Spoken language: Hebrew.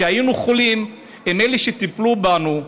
כשהיינו חולים הם אלה שטיפלו בנו.